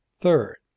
Third